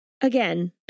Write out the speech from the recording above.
again